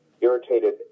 Irritated